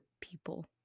people